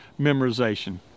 memorization